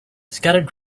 scattered